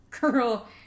Girl